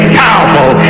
powerful